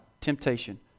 temptation